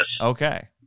Okay